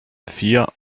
vier